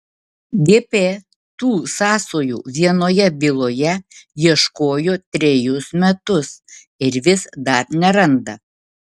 gp tų sąsajų vienoje byloje ieškojo trejus metus ir vis dar neranda